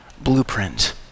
blueprint